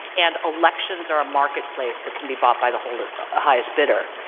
and elections are a marketplace that can be bought by the hold of the highest bidder.